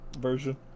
version